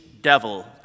devil